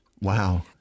Wow